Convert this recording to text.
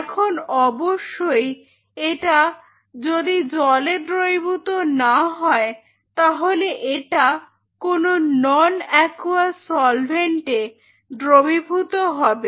এখন অবশ্যই এটা যদি জলে দ্রবীভূত না হয় তাহলে এটা কোনো নন অ্যাকুয়াস সলভেন্টে দ্রবীভূত হবে